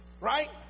right